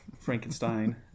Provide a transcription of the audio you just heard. Frankenstein